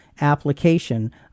application